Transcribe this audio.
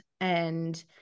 and-